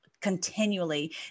continually